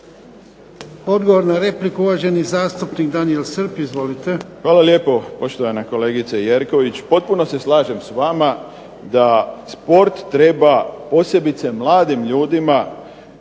Odgovor na repliku, uvaženi zastupnik Daniel Srb. Izvolite. **Srb, Daniel (HSP)** Hvala lijepo poštovana kolegice Jerković. Potpuno se slažem s vama da sport treba posebice mladim ljudima